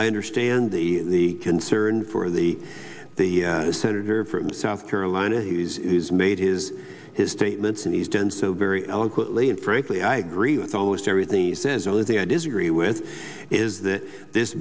i understand the concern for the the senator from south carolina he's made his his statements and he's done so very eloquently and frankly i agree with almost everything he says only thing i disagree with is that this